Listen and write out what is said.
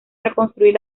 reconstruir